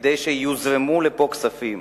כדי שיוזרמו לפה כספים.